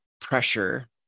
pressure